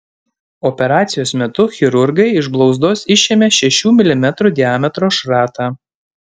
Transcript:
operacijos metu chirurgai iš blauzdos išėmė šešių milimetrų diametro šratą